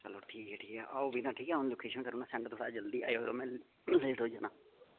चलो ठीक ऐ ठीक ऐ आओ फ्ही तां ठीक ऐ अ'ऊं लोकेशन करना सैंड थोह्ड़ा जल्दी आओ तां में लेट होई जाना